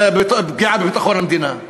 פגיעה בביטחון המדינה?